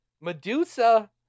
Medusa